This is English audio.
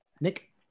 Nick